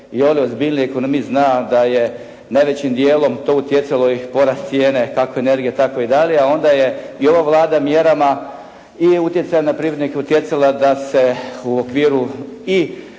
Iole ozbiljniji ekonomist zna da je najvećim dijelom to utjecalo i porast cijene kako energije tako i dalje, a onda je i ova Vlada mjerama i utjecajem na privrednike utjecala da se u okviru i